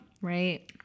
Right